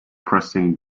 pressing